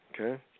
Okay